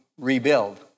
rebuild